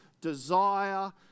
desire